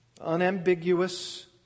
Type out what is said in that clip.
Unambiguous